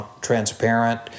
transparent